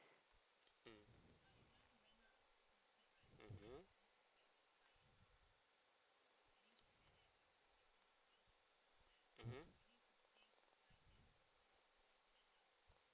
mm mmhmm mmhmm